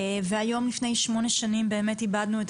והיום לפני שמונה שנים באמת איבדנו את